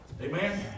Amen